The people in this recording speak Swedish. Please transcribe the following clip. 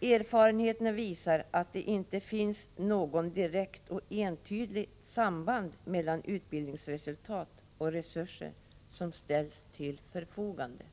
Erfarenheterna visar att det inte finns något direkt och entydigt samband mellan utbildningsresultat och resurser som ställs till förfogande.